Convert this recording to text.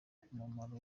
umumaro